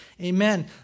Amen